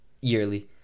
yearly